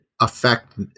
affect –